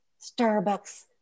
Starbucks